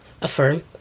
affirm